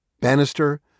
Bannister